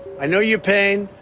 i know your pain,